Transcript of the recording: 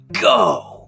go